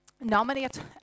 nominate